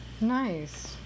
Nice